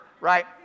right